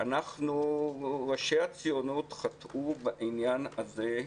ראשי הציונות חטאו בעניין הזה.